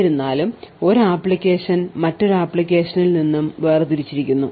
എന്നിരുന്നാലും ഒരു അപ്ലിക്കേഷൻ മറ്റൊരു അപ്ലിക്കേഷനിൽ നിന്ന് വേർതിരിച്ചിരിക്കുന്നു